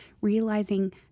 realizing